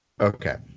Okay